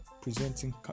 presenting